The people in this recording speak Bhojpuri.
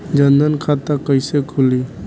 जनधन खाता कइसे खुली?